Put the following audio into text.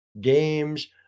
games